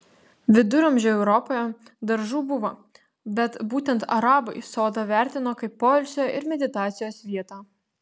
viduramžių europoje daržų buvo bet būtent arabai sodą vertino kaip poilsio ir meditacijos vietą